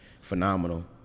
phenomenal